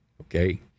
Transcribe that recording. okay